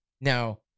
Now